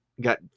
got